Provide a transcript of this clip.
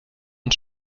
und